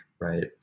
right